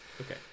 Okay